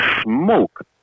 smoke